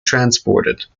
transported